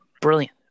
Brilliant